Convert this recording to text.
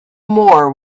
more